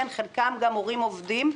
חלקם גם הורים עובדים.